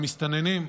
מסתננים,